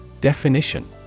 Definition